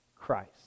Christ